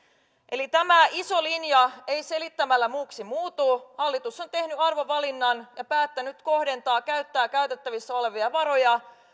eli tämä iso linja ei selittämällä muuksi muutu hallitus on tehnyt arvovalinnan ja päättänyt kohdentaa käyttää käytettävissä olevia varoja